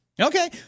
okay